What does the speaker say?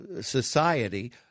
society –